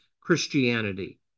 Christianity